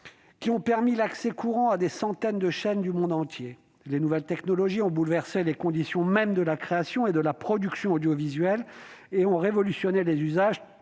ont permis la disponibilité courante de centaines de chaînes du monde entier. Les nouvelles technologies ont bouleversé les conditions mêmes de la création et de la production audiovisuelles et ont révolutionné les usages,